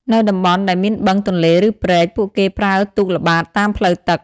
នៅតំបន់ដែលមានបឹង ទន្លេ ឬព្រែក ពួកគេប្រើទូកល្បាតតាមផ្លូវទឹក។